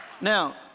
Now